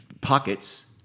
pockets